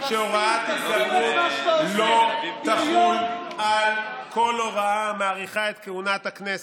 שהוראת שהתגברות לא תחול על כל הוראה המאריכה את כהונת הכנסת.